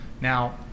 Now